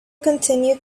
continued